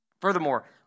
Furthermore